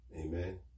Amen